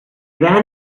ran